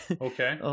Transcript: Okay